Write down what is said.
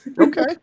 Okay